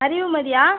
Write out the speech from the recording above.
அறிவுமதியா